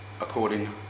according